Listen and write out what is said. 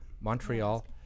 Montreal